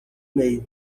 mail